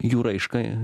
jų raišką